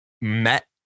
met